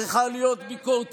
צריכה להיות ביקורתיות,